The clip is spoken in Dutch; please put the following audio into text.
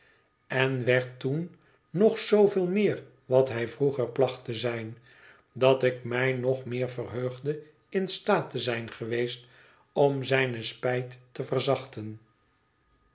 en werd toen nog zooveel meer wat hij vroeger placht te zijn dat ik mij nog meer verheugde in staat te zijn geweest om zijne spijt te verzachten